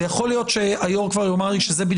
ויכול להיות שהיו"ר כבר יאמר לי שזהו,